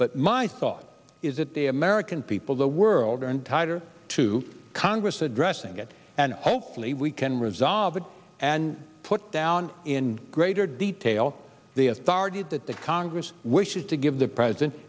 but my thought is that the american people the world are in tighter to congress addressing it and hopefully we can resolve it and put down in greater detail the authority that the congress wishes to give the president